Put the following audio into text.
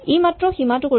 ই মাত্ৰ সীমাটো কৰিব